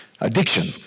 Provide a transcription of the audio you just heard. addiction